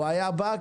הוא היה בא,